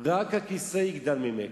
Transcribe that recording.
רק הכיסא יגדל ממך.